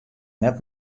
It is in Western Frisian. net